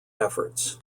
efforts